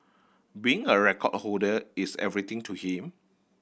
being a record holder is everything to him